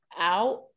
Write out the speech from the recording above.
out